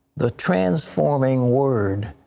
the transforming word,